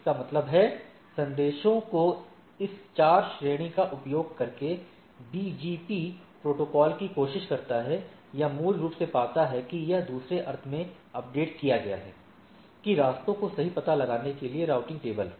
इसका मतलब है संदेशों की इस 4 श्रेणी का उपयोग करके बीजीपी प्रोटोकॉल की कोशिश करता है या मूल रूप से पाता है कि या दूसरे अर्थ में अपडेट किया गया है कि रास्तों को सही पता लगाने के लिए राउटिंग टेबल